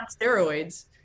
steroids